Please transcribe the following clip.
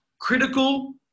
critical